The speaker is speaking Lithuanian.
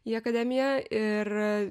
į akademiją ir